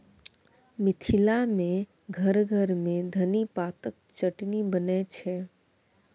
मिथिला मे घर घर मे धनी पातक चटनी बनै छै